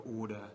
order